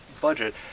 budget